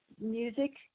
music